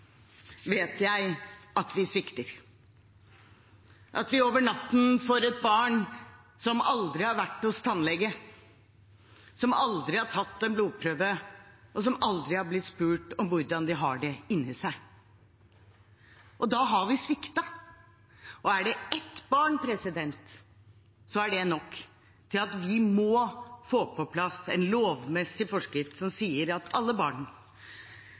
vet jeg at vi svikter, at vi over natten får et barn som aldri har vært hos tannlege, som aldri har tatt en blodprøve, og som aldri har blitt spurt om hvordan det har det inni seg. Da har vi sviktet. Er det ett barn, er det nok til at vi må få på plass en lovmessig forskrift som sier at alle barn,